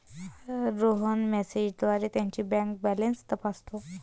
रोहन मेसेजद्वारे त्याची bank balance तपासतो